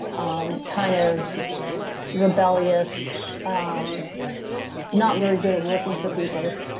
um kind of rebellious, um not very good at working for people.